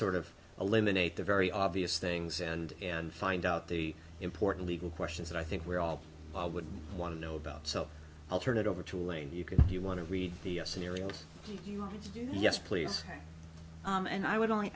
sort of eliminate the very obvious things and and find out the important legal questions that i think we all would want to know about self i'll turn it over to elaine you can do you want to read the scenario yes please and i would only